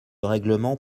règlement